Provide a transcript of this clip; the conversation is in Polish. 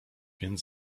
więc